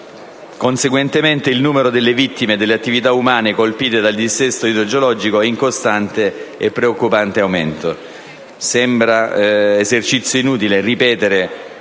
Conseguentemente, il numero delle vittime delle attività umane colpite dal dissesto idrogeologico è in costante e preoccupante aumento. Sembra un esercizio inutile ripetere